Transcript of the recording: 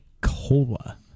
cola